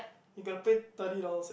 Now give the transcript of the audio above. you gotta pay thirty dollars extra